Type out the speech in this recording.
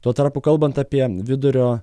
tuo tarpu kalbant apie vidurio